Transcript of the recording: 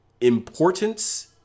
importance